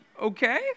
okay